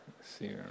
see